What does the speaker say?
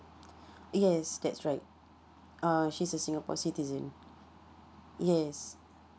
yes that's right uh she's a singapore citizen yes